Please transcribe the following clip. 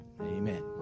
amen